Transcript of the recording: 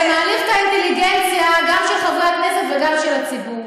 אתה מעליב את האינטליגנציה גם של חברי הכנסת וגם של הציבור.